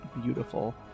beautiful